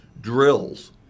drills